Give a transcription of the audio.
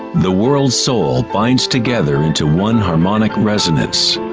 the world's soul binds together into one harmonic resonance.